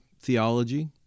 theology